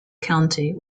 county